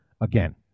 again